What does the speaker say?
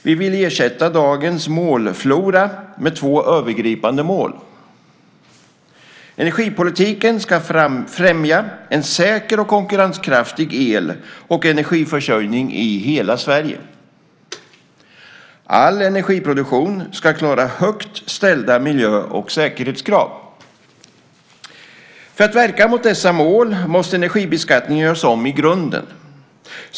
Vi vill ersätta dagens målflora med två övergripande mål: Energipolitiken ska främja en säker och konkurrenskraftig el och energiförsörjning i hela Sverige. All energiproduktion ska klara högt ställda miljö och säkerhetskrav. För att verka mot dessa mål måste energibeskattningen göras om i grunden.